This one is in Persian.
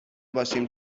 باشیم